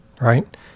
right